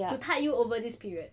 to tide you over this period